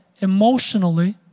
emotionally